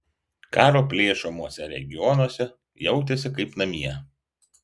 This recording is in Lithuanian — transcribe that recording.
karo plėšomuose regionuose jautėsi kaip namie